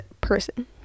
person